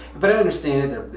but i understand that,